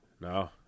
No